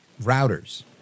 routers